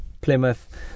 Plymouth